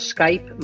Skype